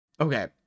Okay